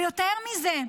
יותר מזה,